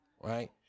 Right